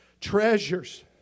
treasures